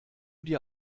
dir